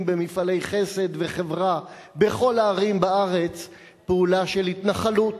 במפעלי חסד וחברה בכל הערים בארץ פעולה של התנחלות.